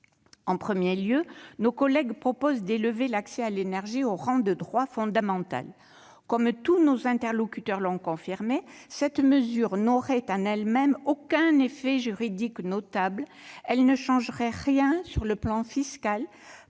En premier lieu, nos collègues proposent d'élever l'accès à l'énergie au rang de droit fondamental. Comme tous nos interlocuteurs l'ont confirmé, cette mesure n'aurait, en elle-même, aucun effet juridique notable ; elle ne changerait rien sur le plan fiscal,